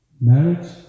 marriage